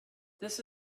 this